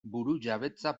burujabetza